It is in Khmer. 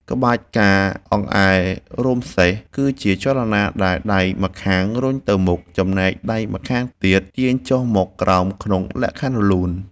ក្បាច់ ការអង្អែលរោមសេះ គឺជាចលនាដែលដៃម្ខាងរុញទៅមុខ ចំណែកដៃម្ខាងទៀតទាញចុះមកក្រោមក្នុងលក្ខណៈរលូន។